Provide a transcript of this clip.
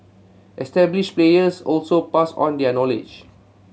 established players also pass on their knowledge